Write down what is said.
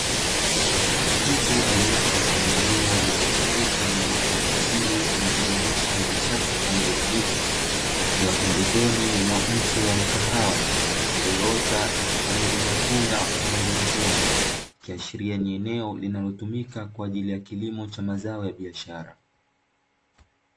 Mtu aliepo katika eneo liilozungukwa na uoto wa asili unaojumuisha vichaka pamoja na miti, akiwa pembezoni mwa mche wa mkahawa uliiota na kushamiri matunda kwa rangi nyekundu, likiashiria ni eneo linalotumika kwa ajii ya kilimo cha mazao ya biashara.